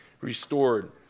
restored